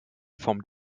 vom